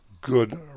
good